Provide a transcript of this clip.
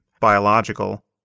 biological